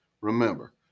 remember